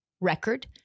record